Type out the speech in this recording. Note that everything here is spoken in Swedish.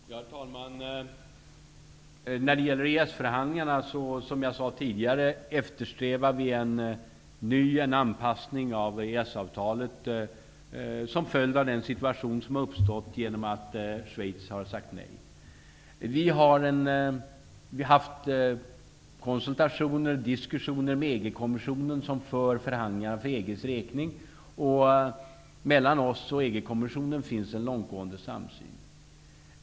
Herr talman! När det gäller EES-förhandlingarna eftersträvar vi, som jag sade tidigare, en anpassning av EES-avtalet som följd av den situation som har uppstått genom att Schweiz har sagt nej. Vi har haft konsultationer, diskussioner, med EG kommissionen som för förhandlingar för EG:s räkning. När det gäller oss och EG-kommissionen finns det en långtgående samsyn.